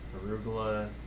arugula